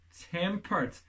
tempered